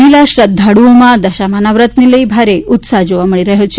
મહિલા શ્રધ્ધાળુઓમાં દશામાના વ્રતને લઈ ભારે ઉત્સાહ જોવા મળી રહયો છે